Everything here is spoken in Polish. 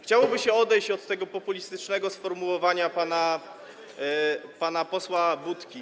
Chciałoby się odejść od tego populistycznego sformułowania pana posła Budki.